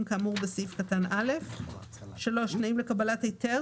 כאמור בסעיף קטן (א); (3)תנאים לקבלת היתר,